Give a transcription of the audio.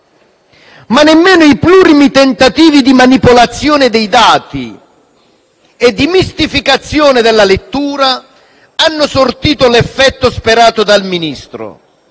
Ma nemmeno i plurimi tentativi di manipolazione dei dati e di mistificazione della lettura hanno sortito l'effetto sperato dal Ministro,